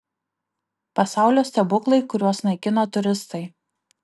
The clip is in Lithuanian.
pasaulio stebuklai kuriuos naikina turistai